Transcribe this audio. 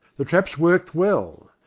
the traps worked well.